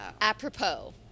Apropos